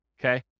okay